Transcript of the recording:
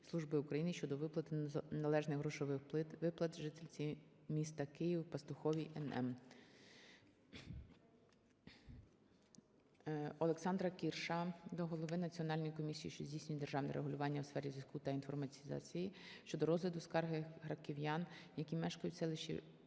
ОлександраКірша до голови Національної комісії, що здійснює державне регулювання у сфері зв'язку та інформатизації щодо розгляду скарги харків'ян, які мешкають у селищі